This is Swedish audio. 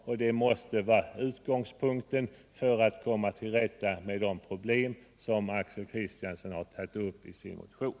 Denna måste vara utgångspunkten för att vi skall kunna komma till rätta med de problem som Axel Kristiansson tagit upp i sin motion.